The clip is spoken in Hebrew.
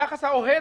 היחס האוהד